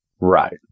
Right